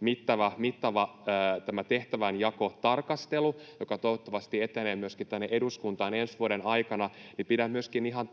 mittava tehtävänjakotarkastelu, joka toivottavasti etenee myöskin tänne eduskuntaan ensi vuoden aikana. Pidän myöskin ihan